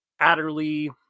Adderley